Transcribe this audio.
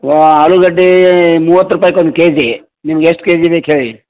ಆಲೂಗಡ್ಡೆ ಮೂವತ್ತು ರೂಪಾಯ್ಕೊಂದು ಕೆಜಿ ನಿಮ್ಗೆ ಎಷ್ಟು ಕೆಜಿ ಬೇಕು ಹೇಳಿ